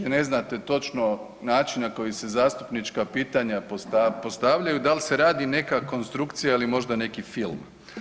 Vi ne znate točno način na koji se zastupnička pitanja postavljaju da li se radi neka konstrukcija ili možda neki film.